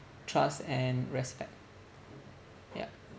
trust and respect yeah